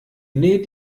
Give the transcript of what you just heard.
näht